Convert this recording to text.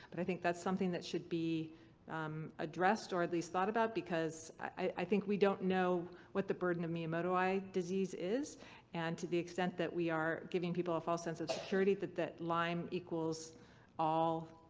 but i think that's something that should be addressed or at least thought about, because i think we don't know what the burden of miyamotoi disease is and to the extent that we are giving people a false sense of security that that lyme equals all,